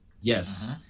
Yes